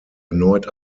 erneut